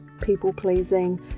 people-pleasing